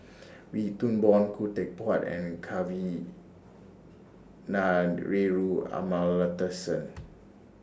Wee Toon Boon Khoo Teck Puat and Kavignareru Amallathasan